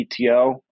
PTO